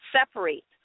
separate